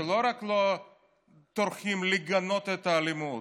שלא רק לא טורחים לגנות את האלימות,